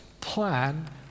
plan